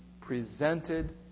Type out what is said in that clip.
presented